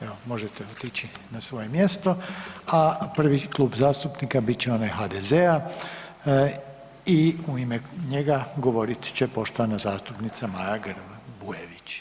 Evo možete otići na svoje mjesto, a prvi Klub zastupnika biti će onaj HDZ-a i u ime njega govorit će poštovana zastupnica Maja Grba Bujević.